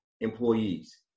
employees